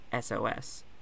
sos